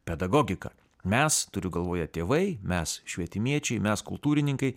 pedagogiką mes turiu galvoje tėvai mes švietimiečiai mes kultūrininkai